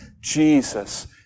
Jesus